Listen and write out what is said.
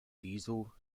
diesel